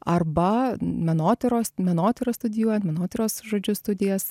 arba menotyros menotyrą studijuojant menotyros žodžiu studijas